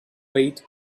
wait